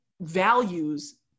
values